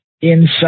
inside